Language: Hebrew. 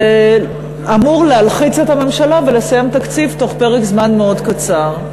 וזה אמור להלחיץ את הממשלה לסיים תקציב תוך פרק זמן מאוד קצר.